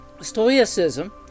Stoicism